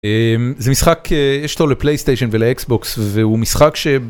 זה משחק יש לו לפלייסטיישן ולאקסבוקס והוא משחק ש...